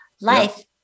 life